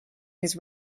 his